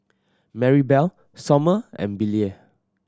Marybelle Sommer and Billye